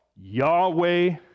Yahweh